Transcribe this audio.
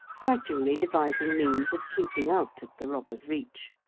gradually devising means of keeping out of the robber's reach.